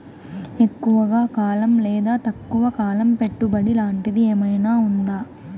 ఎక్కువగా కాలం లేదా తక్కువ కాలం పెట్టుబడి లాంటిది ఏమన్నా ఉందా